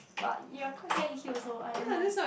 but you're quite high E_Q also [what] I don't know